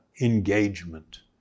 engagement